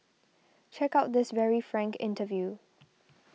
check out this very frank interview